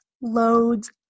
loads